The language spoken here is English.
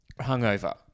hungover